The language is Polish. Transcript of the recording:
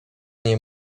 nie